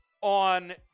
on